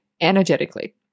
energetically